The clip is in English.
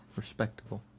Respectable